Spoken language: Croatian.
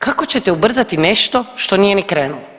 Kako ćete ubrzati nešto što nije ni krenulo.